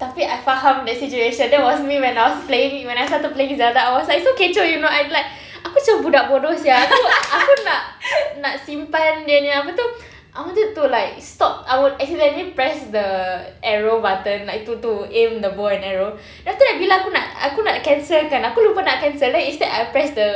tapi I faham that situation that was me when I was playing when I started playing zelda I was like so kecoh you know I'm like aku macam budak bodoh sia aku aku nak nak simpan dia nya apa tu I wanted to like stop I would accidentally press the arrow button like to to aim the bow and arrow then after that bila aku nak aku nak cancel kan aku lupa nak cancel then instead I press the